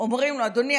אומרים לו: אדוני,